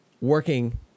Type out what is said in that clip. working